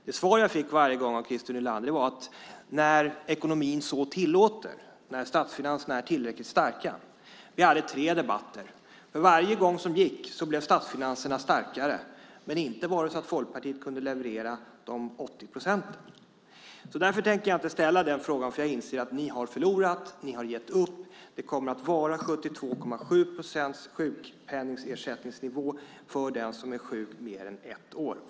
Det svar jag fick varje gång av Christer Nylander var: När ekonomin så tillåter, när statsfinanserna är tillräckligt starka. Vi hade tre debatter. För varje gång blev statsfinanserna starkare, men inte kunde Folkpartiet leverera de 80 procenten. Därför tänker jag inte ställa den frågan eftersom jag inser att ni har förlorat och gett upp. Det kommer att vara 72,7 procents ersättningsnivå i sjukpenningen för den som är sjuk mer än ett år.